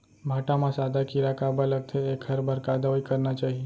भांटा म सादा कीरा काबर लगथे एखर बर का दवई करना चाही?